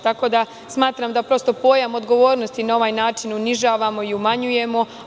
Tako da, smatram da pojam odgovornosti na ovaj način unižavamo i umanjujemo.